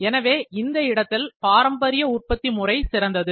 எனவே இந்த இடத்தில் பாரம்பரிய உற்பத்தி முறை சிறந்தது